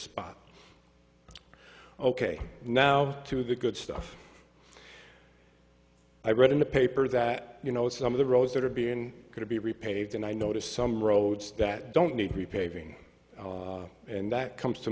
spot ok now to the good stuff i read in the paper that you know some of the roads that are being could be repaved and i noticed some roads that don't need to be paving and that comes to